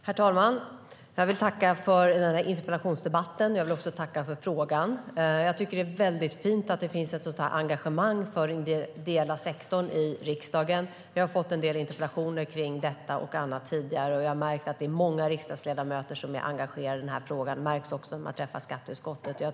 Herr talman! Jag vill tacka för den här interpellationsdebatten. Jag vill också tacka för frågan. Jag tycker att det är väldigt fint att det finns ett sådant engagemang för den ideella sektorn i riksdagen. Jag har fått en del interpellationer kring detta och annat tidigare, och jag har märkt att det är många riksdagsledamöter som är engagerade i frågan. Det märks också när jag träffar skatteutskottet.